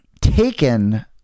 taken